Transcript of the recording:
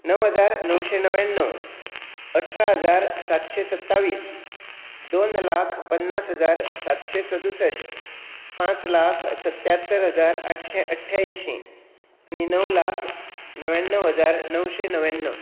णव हजार णवशें णव्याण्णव अठरा हजार सातशें सत्तावीस दोन लाख पन्नास हजार सातशे सदूसश्ट पांच लाख सत्यात्तर हजार आठशें अठ्यायंशी आनी णव लाख णव्याण्णव हजार णवशें णव्याण्णव